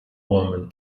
women